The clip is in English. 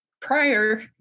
prior